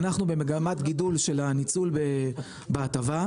אנחנו במגמת גידול של הניצול בהטבה,